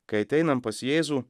kai ateinam pas jėzų